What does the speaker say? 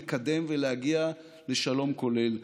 לקדם ולהגיע לשלום כולל",